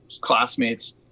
classmates